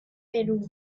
perú